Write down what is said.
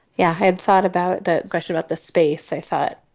yeah, i had thought about the question about the space. i thought,